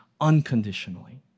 unconditionally